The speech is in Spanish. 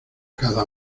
cada